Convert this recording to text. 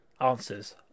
answers